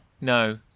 No